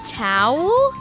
towel